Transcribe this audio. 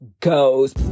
goes